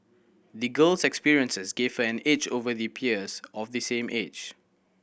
the girl's experiences gave her an edge over the peers of the same age